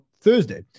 Thursday